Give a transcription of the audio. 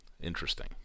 interesting